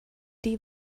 die